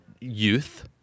youth